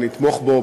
אני אתמוך בו,